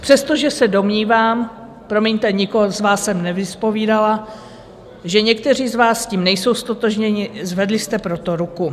Přestože se domnívám promiňte, nikoho z vás jsem nevyzpovídala že někteří z vás s tím nejsou ztotožněni, zvedli jste pro to ruku.